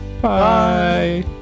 Bye